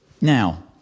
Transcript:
Now